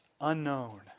unknown